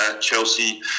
Chelsea